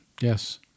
Yes